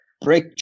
break